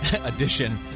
edition